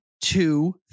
two